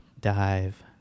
Dive